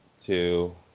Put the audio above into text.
two